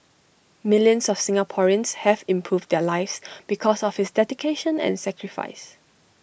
millions of Singaporeans have improved their lives because of his dedication and sacrifice